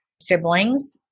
siblings